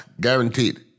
guaranteed